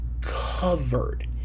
covered